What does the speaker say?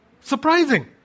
Surprising